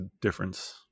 difference